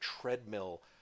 treadmill